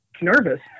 nervous